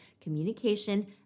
communication